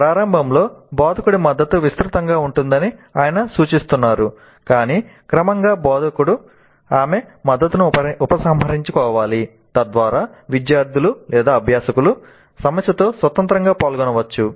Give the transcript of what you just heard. ప్రారంభంలో బోధకుడి మద్దతు విస్తృతంగా ఉంటుందని ఆయన సూచిస్తున్నారు కాని క్రమంగా బోధకుడు ఆమె మద్దతును ఉపసంహరించుకోవాలి తద్వారా విద్యార్థులు అభ్యాసకులు సమస్యతో స్వతంత్రంగా పాల్గొనవచ్చు